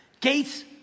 Gates